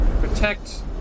protect